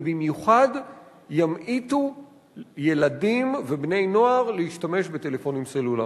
ובמיוחד ימעיטו ילדים ובני-נוער להשתמש בטלפונים סלולריים.